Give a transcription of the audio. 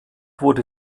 wurde